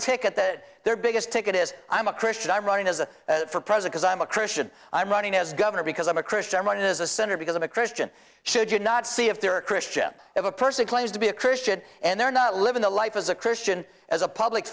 ticket that their biggest ticket is i'm a christian i'm running as a for president is i'm a christian i'm running as governor because i'm a christian and as a sinner because i'm a christian should you not see if they're a christian if a person claims to be a christian and they're not living a life as a christian as a public